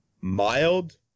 Mild